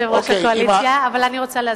יושב-ראש הקואליציה, אבל אני רוצה להסביר,